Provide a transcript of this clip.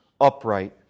upright